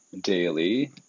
daily